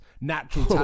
natural